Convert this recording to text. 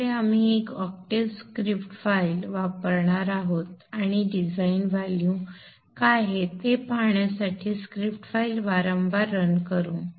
त्यामुळे आपण एक ऑक्टेव्ह स्क्रिप्ट फाइल वापरणार आहोत आणि डिझाईन व्हॅल्यू काय आहेत हे पाहण्यासाठी स्क्रिप्ट फाइल वारंवार रन करू